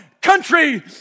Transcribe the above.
country